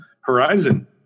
Horizon